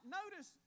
notice